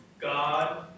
God